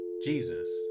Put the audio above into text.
Jesus